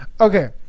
Okay